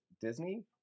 Disney